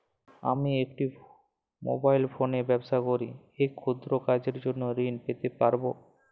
আমি একটি মোবাইল ফোনে ব্যবসা করি এই ক্ষুদ্র কাজের জন্য ঋণ পেতে পারব?